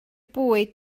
bwyd